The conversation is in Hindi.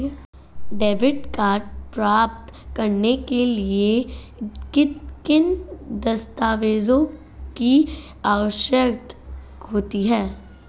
डेबिट कार्ड प्राप्त करने के लिए किन दस्तावेज़ों की आवश्यकता होती है?